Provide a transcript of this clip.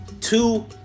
two